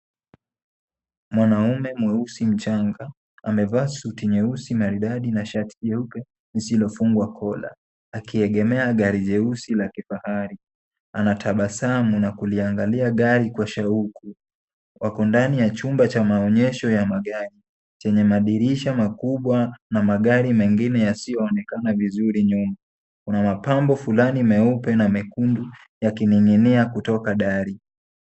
Mwanaume mweusi mchanga amevaa suti nyeusi maridadi na shati jeupe lisilofungwa kola akiegemea gari jeusi la kifahari. Anatabasamu na kuliangalia gari kwa shauku. Wako ndani ya chumba cha maonyesho ya magari chanye madirisha makubwa na magari mengine yasiyoonekana vizuri nyuma. Kuna mapambo fulani meupe na mekundu yakining'inia kutoka dari.